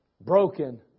broken